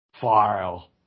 file